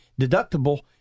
deductible